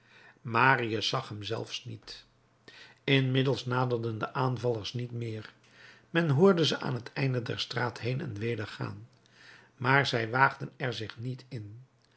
marius zag hem zelfs niet inmiddels naderden de aanvallers niet meer men hoorde ze aan het einde der straat heen en weder gaan maar zij waagden er zich niet in